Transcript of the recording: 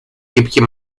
гибкий